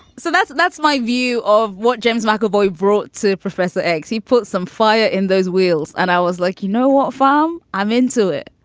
so that's that's my view of what james mcavoy brought to professor x. he put some fire in those wheels. and i was like, you know what form? i'm into it.